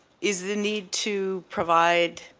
is the need to provide